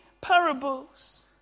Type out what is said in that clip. parables